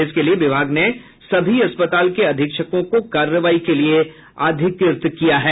इसके लिए विभाग ने सभी अस्पताल के अधीक्षकों को कार्रवाई के लिए अधिकृत किया है